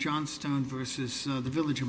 johnston versus the village